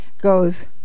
goes